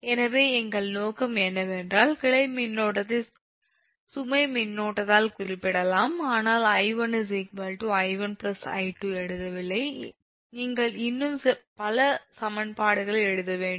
எனவே எங்கள் நோக்கம் என்னவென்றால் கிளை மின்னோட்டத்தை சுமை மின்னோட்டத்தால் குறிப்பிடலாம் ஆனால் 𝐼1 𝑖1𝐼2 எழுதவில்லை நீங்கள் இன்னும் பல சமன்பாடுகளை எழுத வேண்டும்